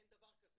אין דבר כזה.